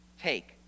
take